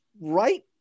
right